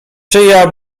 czyja